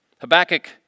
Habakkuk